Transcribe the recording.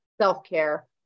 self-care